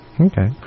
Okay